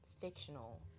fictional